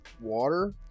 Water